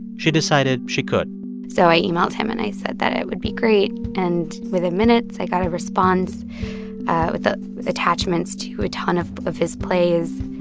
she decided she could so i emailed him and i said that it would be great. and within minutes, i got a response with ah attachments to a ton of of his plays.